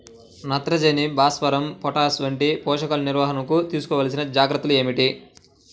నత్రజని, భాస్వరం, పొటాష్ వంటి పోషకాల నిర్వహణకు తీసుకోవలసిన జాగ్రత్తలు ఏమిటీ?